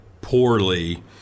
poorly